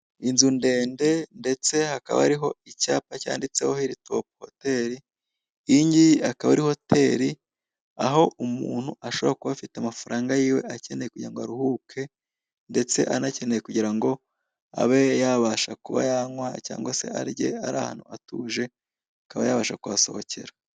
Inzu ndende ndetse hakaba hariho icyapa cyanditseho hiritopu hoteli, iyi ngiyi ikaba ari hoteli aho umuntu ashobora kuba afite amafaranga yiwe akeneye kugira ngo aruhuke ndetse anakeneye kugira ngo abe yabasha kuba yanywa cyangwa se arye ari ahantu hatuje akaba yabasha kuhasohokera.